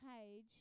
page